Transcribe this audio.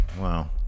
Wow